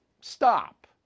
stop